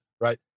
right